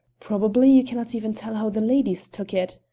probably you can not even tell how the ladies took it?